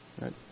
right